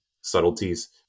subtleties